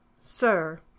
Sir